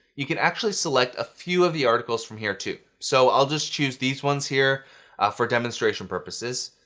you can actually select a few of the articles from here too. so i'll just choose these ones here for demonstration purposes.